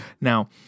Now